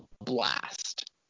blast